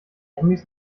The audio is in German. amis